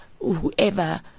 whoever